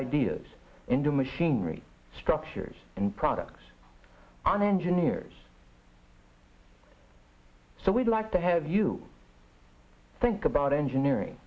ideas into machinery structures and products and engineers so we'd like to have you think about engineering